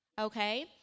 Okay